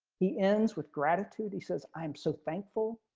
he ends with gratitude. he says, i'm so thankful.